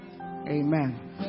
Amen